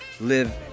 live